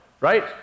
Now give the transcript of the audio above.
right